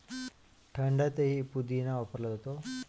थंडाईतही पुदिना वापरला जातो